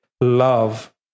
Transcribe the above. love